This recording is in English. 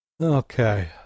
Okay